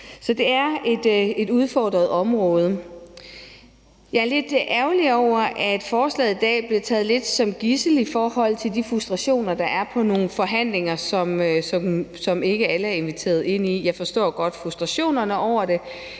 så det er et udfordret område. Jeg er lidt ærgerlig over, at forslaget i dag bliver taget lidt som gidsel i forhold til de frustrationer, der er i forhold til nogle forhandlinger, som ikke alle er inviteret til. Jeg forstår godt frustrationerne over det,